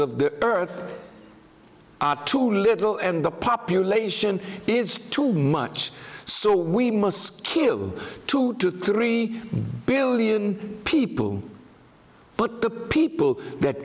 of the earth are too little and the population is too much so we must kill two to three billion people but the people that